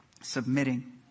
submitting